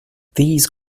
these